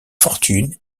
fortune